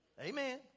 Amen